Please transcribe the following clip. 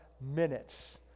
minutes